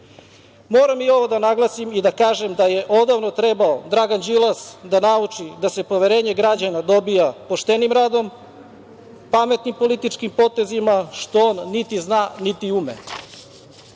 dece. Moram i ovo da naglasim i da kažem da je odavno trebao Dragan Đilas da nauči da se poverenje građana dobija poštenim radom, pametnim političkim potezima, što on niti zna, niti ume.U